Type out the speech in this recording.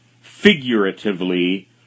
figuratively